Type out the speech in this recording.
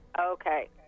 okay